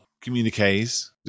communiques